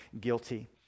guilty